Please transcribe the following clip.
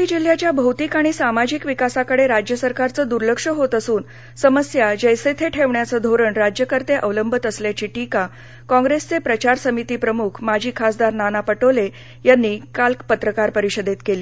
गडचिरोली जिल्ह्याच्या भौतिक आणि सामाजिक विकासाकडे राज्य सरकारचं दुर्लक्ष होत असून समस्या जैसे थे ठेवण्याचं धोरण राज्यकर्ते अवलंबत असल्याची टीका काँप्रेसघे प्रचार समितीप्रमुख माजी खासदार नाना पटोले यांनी काल पत्रकार परिषदेत केली